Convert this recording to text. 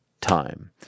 Time